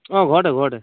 অ' ঘৰতে ঘৰতে